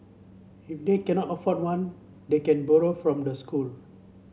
if they cannot afford one they can borrow from the school